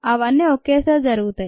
అవన్నీ ఒకేసారి జరుగుతాయి